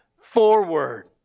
forward